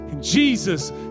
Jesus